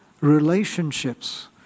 relationships